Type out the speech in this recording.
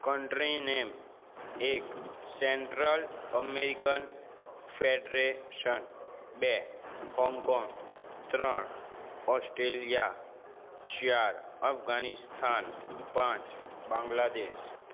country name એક central American federation બે Hong Kong ત્રણ ઓસ્ટેલિયા ચાર અફગાનિસ્તાન પાંચ બાંગ્લાદેશ